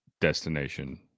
destination